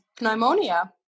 pneumonia